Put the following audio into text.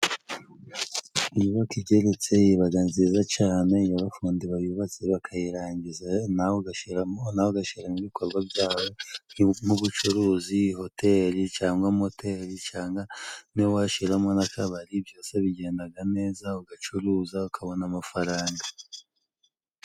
Inyubako igeretse ibaga nziza cane, iyo abafundi bayubatse bakayirangiza nawe ugashiramo nawe ugashiramo ibikorwa byawe, nk'ubucuruzi, hoteri cangwa moteri canga n'iyo washiramo n'akabari byose bigendaga neza, ugacuruza, ukabona amafaranga.